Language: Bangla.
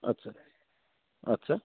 আচ্ছা আচ্ছা